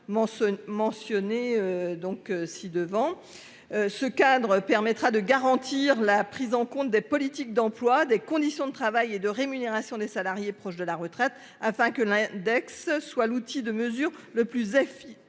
Ce cadre permettra de garantir la prise en compte des politiques d'emploi, des conditions de travail et de rémunération des salariés proches de la retraite afin que l'index soit l'outil de mesure le plus Effi